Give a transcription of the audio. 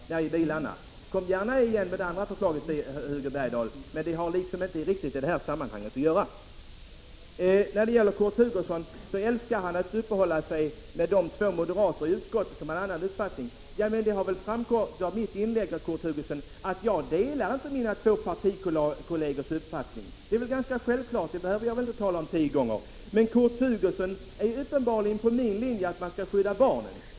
Kom gärna igen med det andra förslaget, Hugo Bergdahl! Men det har inte riktigt i det här sammanhanget att göra. Kurt Hugosson älskar att uppehålla sig vid att två moderater i utskottet har en annan uppfattning. Men det har väl framgått av mitt inlägg, Kurt Hugosson, att jag inte delar mina två partikollegers uppfattning — det är ganska självklart, det behöver jag väl inte tala om tio gånger. Men Kurt Hugosson är uppenbarligen på min linje när det gäller att man skall skydda barnen.